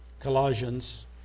Colossians